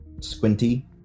squinty